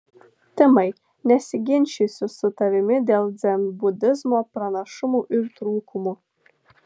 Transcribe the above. timai nesiginčysiu su tavimi dėl dzenbudizmo pranašumų ir trūkumų